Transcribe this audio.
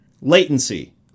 latency